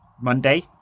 Monday